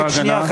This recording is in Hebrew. רק שנייה.